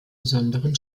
besonderen